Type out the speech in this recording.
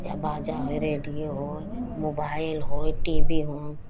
या बाजा होय रेडियो होय मोबाइल होय टी वी हों